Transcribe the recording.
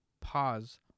Pause